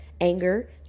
anger